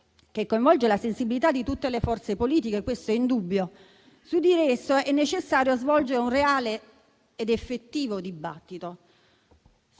che coinvolge la sensibilità di tutte le forze politiche (questo è indubbio). Su di esso è necessario svolgere un reale ed effettivo dibattito.